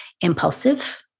impulsive